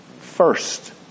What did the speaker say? first